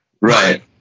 right